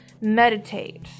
Meditate